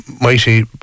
mighty